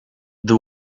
the